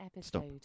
stop